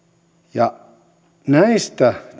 onkin näistä